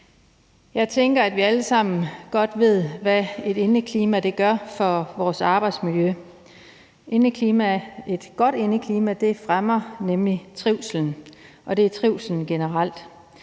Jeg tænker, at vi alle sammen godt ved, hvad et indeklima gør for vores arbejdsmiljø. Et godt indeklima fremmer nemlig trivslen generelt.